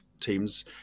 teams